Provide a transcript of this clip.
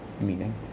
meaning